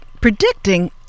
predicting